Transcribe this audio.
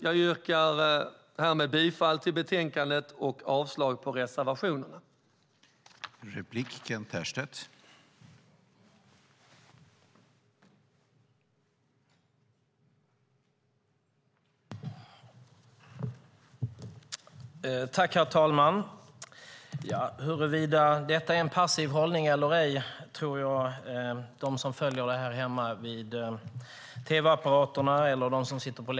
Jag yrkar härmed bifall till förslaget i betänkandet och avslag på reservationerna. I detta anförande instämde Stefan Caplan .